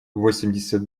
восемьдесят